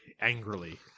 angrily